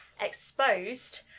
exposed